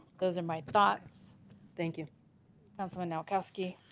those are my thoughts thank you councilman, nowakowski